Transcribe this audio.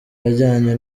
ajyanye